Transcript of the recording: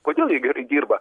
kodėl jie gerai dirba